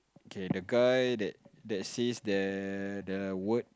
okay the guy that says that the word